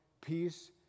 peace